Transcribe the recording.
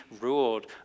ruled